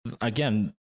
again